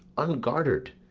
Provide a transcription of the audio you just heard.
ungart'red,